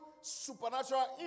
supernatural